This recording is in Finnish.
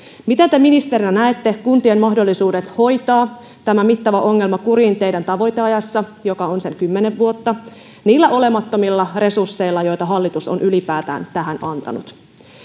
miten te ministerinä näette kuntien mahdollisuudet hoitaa tämä mittava ongelma kuriin teidän tavoiteajassanne joka on sen kymmenen vuotta niillä olemattomilla resursseilla joita hallitus on ylipäätään tähän antanut